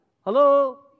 Hello